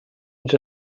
uns